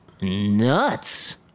nuts